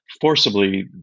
forcibly